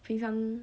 平常